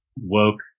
woke